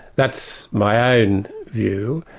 that's my ah own view.